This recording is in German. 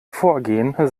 vorgehen